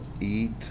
eat